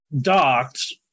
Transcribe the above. docked